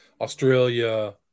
Australia –